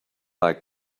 like